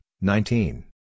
nineteen